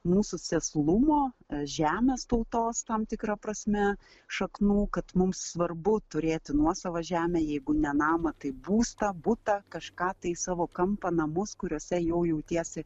mūsų sėslumo žemės tautos tam tikra prasme šaknų kad mums svarbu turėti nuosavą žemę jeigu ne namą tai būstą butą kažką tai savo kampą namus kuriuose jau jautiesi